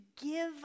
give